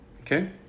Okay